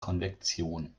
konvektion